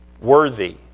Worthy